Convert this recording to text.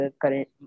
current